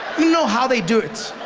know how they do it.